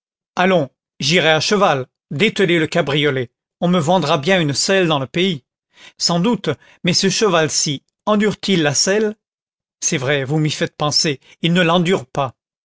allons j'irai à cheval dételez le cabriolet on me vendra bien une selle dans le pays sans doute mais ce cheval ci endure t il la selle c'est vrai vous m'y faites penser il ne l'endure pas